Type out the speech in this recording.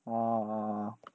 oo oo